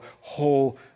whole